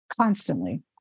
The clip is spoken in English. constantly